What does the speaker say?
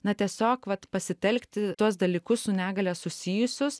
na tiesiog vat pasitelkti tuos dalykus su negalia susijusius